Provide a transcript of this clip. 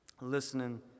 listening